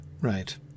right